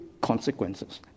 consequences